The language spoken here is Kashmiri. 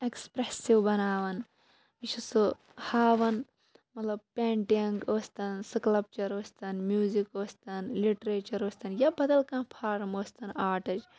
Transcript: اٮ۪کٔسپریسِو بَناوان یہِ چھُ سُہ ہاوان مطلب پینٹنگ ٲسۍ تَن سٔکلَپچر ٲسۍ تَن میوٗزِک ٲسۍ تَن لِٹریچر ٲسۍ تَن یا بدل کانہہ فارَم ٲسۍ تَن آٹٕچ